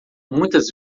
muitas